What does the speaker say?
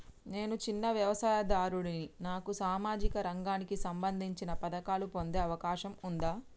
నేను చిన్న వ్యవసాయదారుడిని నాకు సామాజిక రంగానికి సంబంధించిన పథకాలు పొందే అవకాశం ఉందా?